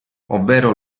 ovvero